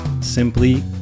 simply